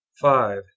five